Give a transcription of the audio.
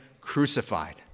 crucified